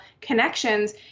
connections